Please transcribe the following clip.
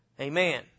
Amen